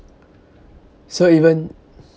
so even